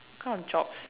kind of jobs